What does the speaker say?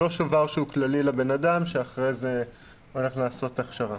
לא שובר שהוא כללי לבנאדם שאחרי זה הולך לעשות הכשרה.